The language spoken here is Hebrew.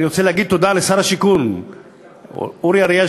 אני רוצה להגיד תודה לשר השיכון אורי אריאל,